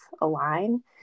align